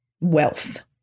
wealth